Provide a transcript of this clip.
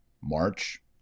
march